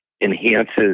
enhances